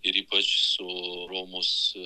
ir ypač su romos